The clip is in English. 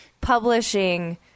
publishing